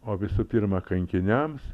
o visų pirma kankiniams